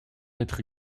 être